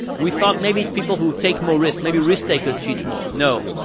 we thought maybe people who take more risk maybe risk-takers cheat more. no.